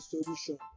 solution